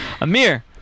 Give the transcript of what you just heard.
Amir